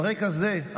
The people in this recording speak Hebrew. על רקע זה,